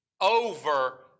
over